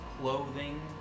clothing